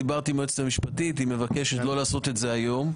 דיברתי עם היועצת המשפטית והיא מבקשת לא לעשות את זה היום.